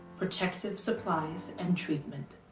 protective supplies, and treatment.